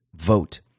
Vote